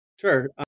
Sure